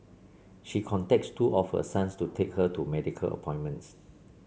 she contacts two of her sons to take her to medical appointments